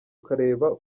ukareba